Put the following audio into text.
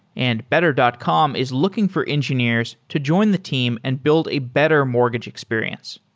and better dot com is looking for engineers to join the team and build a better mortgage experience.